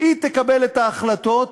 תקבל את ההחלטות,